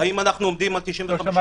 האם אנחנו עומדים על 50%?